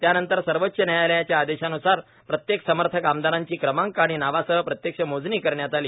त्यानंतर सर्वोच्च न्यायालयाच्या आदेशानुसार प्रत्येक समर्थक आमदारांची क्रमांक आणि नावासह प्रत्यक्ष मोजणी करण्यात आली